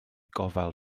gofal